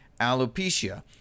Alopecia